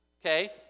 okay